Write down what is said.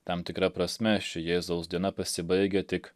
tam tikra prasme ši jėzaus diena pasibaigia tik